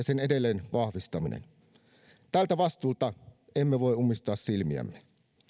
sen edelleen vahvistaminen tältä vastuulta emme voi ummistaa silmiämme